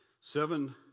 seven